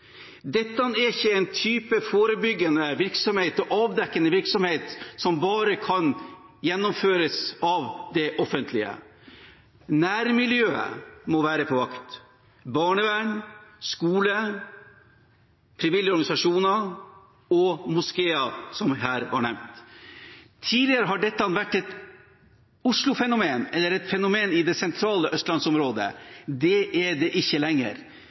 Dette er ikke en type forebyggende og avdekkende virksomhet som bare kan gjennomføres av det offentlige. Nærmiljøet må være på vakt – barnevern, skole, frivillige organisasjoner og moskeer, som her var nevnt. Tidligere har dette vært et Oslo-fenomen, eller et fenomen i det sentrale østlandsområdet. Det er det ikke lenger.